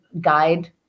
guide